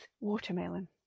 watermelon